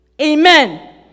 Amen